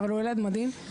הוא ילד מדהים.